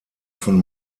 von